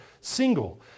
single